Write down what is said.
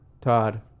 Todd